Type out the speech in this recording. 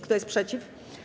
Kto jest przeciw?